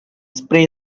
spray